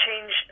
change